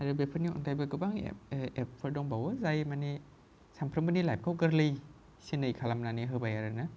आरो बेफोरनि अनगायैबो गोबां एप एपफोर दंबावयो जाय मानि सानफ्रामबोनि लाइपखौ गोरलै सिनै खालामनानै होबाय आरोना